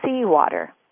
seawater